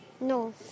No